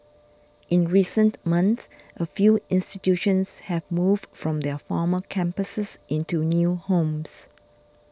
in recent months a few institutions have moved from their former campuses into new homes